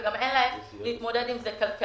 וגם אין לה איך להתמודד עם זה כלכלית.